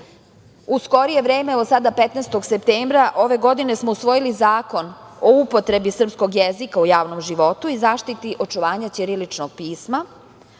skorije vreme, evo, sada 15. septembra ove godine smo usvojili Zakon o upotrebi srpskog jezika u javnom životu i zaštiti očuvanja ćiriličnog pisma,